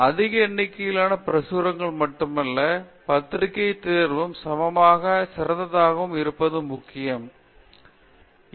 அதிக எண்ணிக்கையிலான பிரசுரங்கள் மட்டுமல்ல பத்திரிகைத் தேர்வும் சமமாக சிறந்ததாகவும் இருப்பது முக்கியமானது